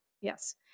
Yes